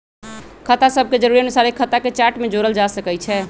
खता सभके जरुरी अनुसारे खता के चार्ट में जोड़ल जा सकइ छै